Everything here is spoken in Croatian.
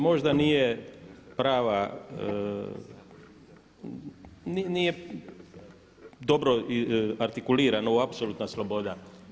Možda nije prava, nije dobro artikulirano ovo apsolutna sloboda.